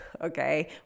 okay